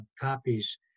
copies